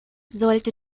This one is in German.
sollte